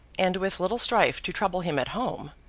and with little strife to trouble him at home,